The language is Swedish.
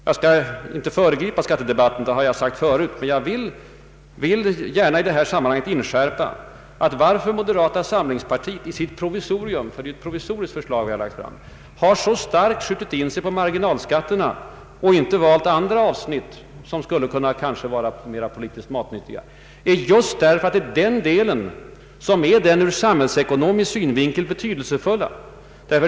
Jag har redan tidigare sagt att jag inte vill föregripa skattedebatten. Jag vill dock gärna i detta sammanhang inskärpa varför moderata samlingspartiet i sitt provisorium — ty det är ett provisoriskt förslag — så starkt skjutit in sig på marginalskatten och inte valt andra avsnitt som politiskt sett kanske skulle varit mer matnyttiga. Det är just för att de höjda marginalskatterna är den ur samhällsekonomisk synvinkel mest betydelsefulla delen.